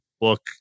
book